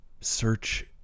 search